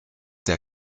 der